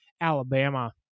Alabama